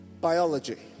biology